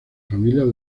familias